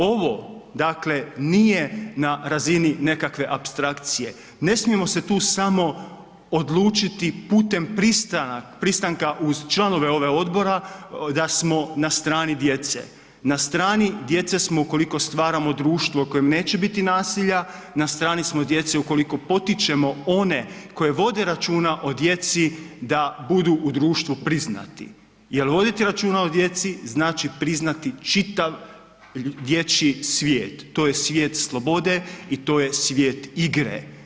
Ovo dakle nije na razini nekakve apstrakcije, ne smijemo se tu samo odlučiti putem pristanka uz članove ovog odbora da smo na strani djece, na strani djece smo ukoliko stvaramo društvo u kojem neće biti nasilja, na strani smo djece ukoliko potičemo one koji vode računa o djeci da budu u društvu priznati jer voditi računa o djeci, znači priznati čitav dječji svijet, to je svijest slobode i to je svijet igre.